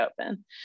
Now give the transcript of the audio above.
open